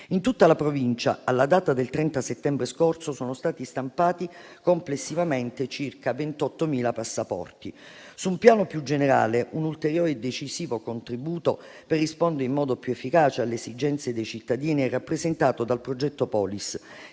In tutta la Provincia, alla data del 30 settembre scorso, sono stati stampati complessivamente circa 28.000 passaporti. Su un piano più generale, un ulteriore e decisivo contributo per rispondere in modo più efficace alle esigenze dei cittadini è rappresentato dal progetto Polis,